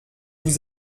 vous